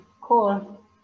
Cool